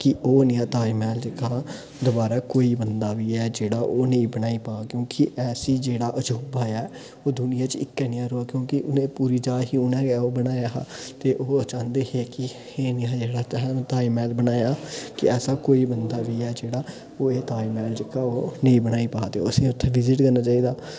कि ओह् नेहा ताजमहल जेह्का हा दबारा कोई बंदा बी ऐ जेह्ड़ा ओह् नेईं बनाई पा क्योंकि ऐसी जेह्ड़ा अजूबा ऐ ओह् दुनिया च इक्कै नेहा रोऐ क्योंकि उनें पूरी जांच ही उ'नें गै ओह् बनाया हा ते ओह् चाह्न्दे हे कि एह् नेहा जेह्ड़ा ताजमहल बनाया कि ऐसा कोई बंदा बी जेह्ड़ा ओह् एह् तालमहल जेह्का ओह् नेईं बनाई पा ते असें उत्थें विजिट करना चाहिदा